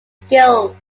skills